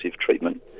treatment